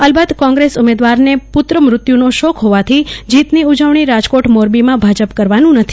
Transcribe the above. અલબત કોંગ્રેસ ઉમેદવારને પુત્રમૃત્યુનો શોક હોવાથી જીતની ઉજવણી રાજકોટ મોરબીમાં ભાજપ કરવાનું નથી